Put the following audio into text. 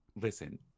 listen